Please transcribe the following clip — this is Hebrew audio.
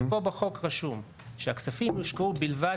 ופה בחוק רשום שהכספים יושקעו ובלבד